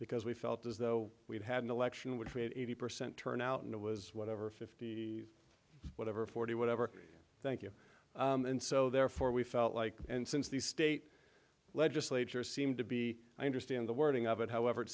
because we felt as though we'd had an election would create eighty percent turnout and it was whatever fifty whatever forty whatever thank you and so therefore we felt like and since the state legislature seemed to be i understand the wording of it however it